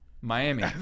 Miami